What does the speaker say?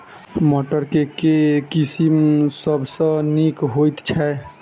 मटर केँ के किसिम सबसँ नीक होइ छै?